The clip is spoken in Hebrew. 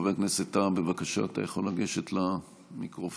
חבר הכנסת טאהא, בבקשה, אתה יכול לגשת למיקרופון.